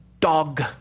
Dog